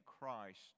Christ